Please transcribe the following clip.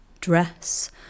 dress